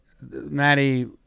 Maddie